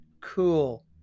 cool